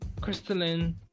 crystalline